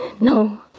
no